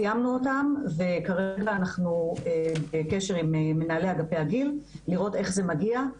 סיימנו אותן וכרגע אנחנו בקשר עם מנהלי אגפי הגיל לראות איך זה מגיע.